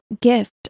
gift